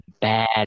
bad